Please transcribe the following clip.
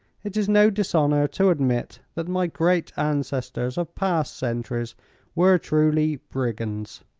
it is no dishonor to admit that my great ancestors of past centuries were truly brigands,